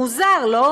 מוזר, לא?